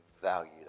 valued